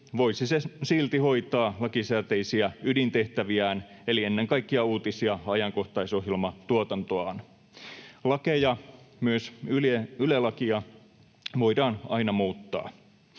voisi se silti hoitaa lakisääteisiä ydintehtäviään eli ennen kaikkea uutis- ja ajankohtaisohjelmatuotantoaan. Lakeja, myös Yle-lakia, voidaan aina muuttaa.